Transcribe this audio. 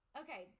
okay